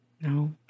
No